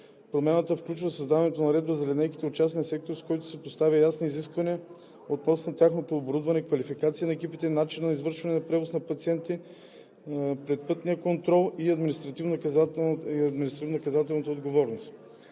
Промяната включва създаването на наредба за линейките от частния сектор, с която да се поставят ясни изисквания относно тяхното оборудване, квалификацията на екипите, начина на извършване на превоз на пациенти, предпътния контрол и административнонаказателната отговорност.